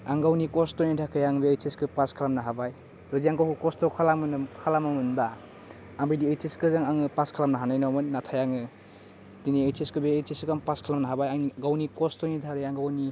आं गावनि खस्त'नि थाखाय आं बे ओइचएसखौ पास खालामनो हाबाय एक्जामखौ खस्त' खालामोनो खालामो मोनबा आं बे दि ओइचएसखौ जों आं पास खालामनो हानाय नङामोन नाथाय आङो दिनै ओइचएसखौ बे ओइचएसखौ आं पास खालामनो हाबाय आंनि गावनि खस्त'नि दारै आं गावनि